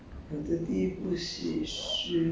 好像